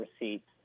receipts